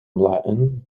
latin